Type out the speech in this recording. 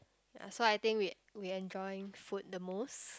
uh so I think we we enjoy food the most